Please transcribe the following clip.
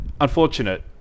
unfortunate